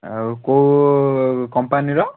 ଆଉ କେଉଁ କମ୍ପାନୀର